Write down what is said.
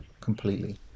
completely